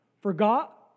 forgot